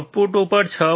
output ઉપર 6